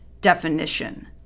definition